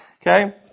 okay